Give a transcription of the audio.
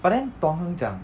but then tong heng 讲